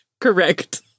correct